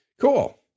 Cool